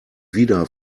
wieder